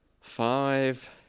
Five